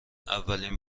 اولین